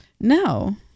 No